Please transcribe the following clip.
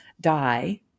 die